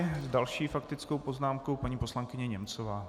S další faktickou poznámkou paní poslankyně Němcová.